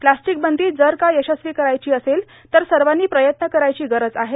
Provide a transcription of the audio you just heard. स्लास्टिक बंदी जर का यशस्वी करायची असेल तर सर्वानी प्रयत्न करायची गरज आहे